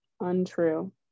Untrue